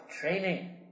training